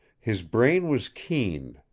his brain was keen,